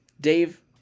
Dave